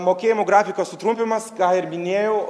mokėjimų grafiko sutrumpinimas ką ir minėjau